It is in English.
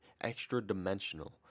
extra-dimensional